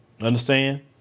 Understand